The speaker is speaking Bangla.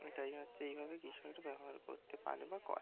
এটাই হচ্ছে এই ভাবে কৃষকরা ব্যবহার করতে পারে বা করে